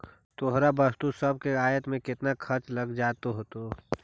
तोहर वस्तु सब के आयात में केतना खर्चा लग जा होतो?